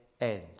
end